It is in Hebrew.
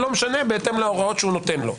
בהתאם להוראות שהוא נותן לו.